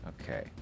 Okay